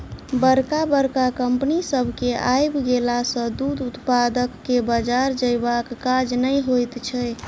बड़का बड़का कम्पनी सभ के आइब गेला सॅ दूध उत्पादक के बाजार जयबाक काज नै होइत छै